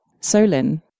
Solin